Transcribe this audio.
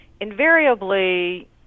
invariably